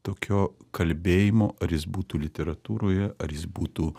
tokio kalbėjimo ar jis būtų literatūroje ar jis būtų